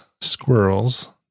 squirrels